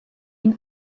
ihn